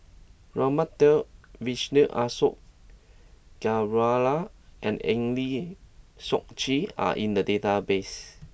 Raman Daud Vijesh Ashok Ghariwala and Eng Lee Seok Chee are in the database